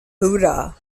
buda